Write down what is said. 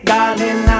Darling